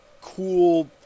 cool